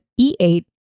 E8